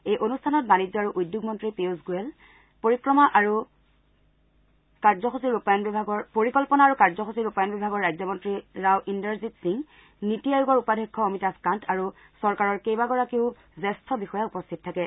এই অনুষ্ঠানত বাণিজ্য আৰু উদ্যোগ মন্ত্ৰী পীয়ূষ গোৱেল পৰিসংখ্যা আৰু কাৰ্যসূচী ৰূপায়ণ বিভাগৰ ৰাজ্যমন্ত্ৰী ৰাও ইন্দৰজিৎ সিং নিটি আয়োগৰ উপাধ্যক্ষ অমিতাভ কান্ত আৰু চৰকাৰৰ কেইবাগৰাকীও জ্যেষ্ঠ বিষয়া উপস্থিত থাকে